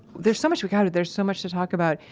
there's so much we've got to there's so much to talk about.